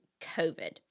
COVID